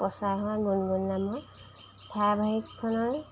প্ৰচাৰ হোৱা গুণগুণ নামৰ ধাৰাবাহিকখনৰ